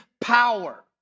power